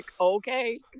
okay